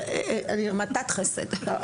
המתת חסד.